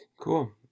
Cool